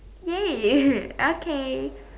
ya okay